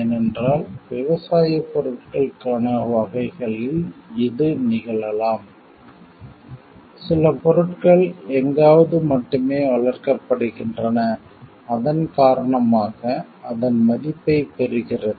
ஏனென்றால் விவசாயப் பொருட்களுக்கான வகைகளில் இது நிகழலாம் சில பொருட்கள் எங்காவது மட்டுமே வளர்க்கப்படுகின்றன அதன் காரணமாக அதன் மதிப்பைப் பெறுகிறது